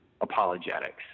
apologetics